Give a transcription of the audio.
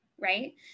right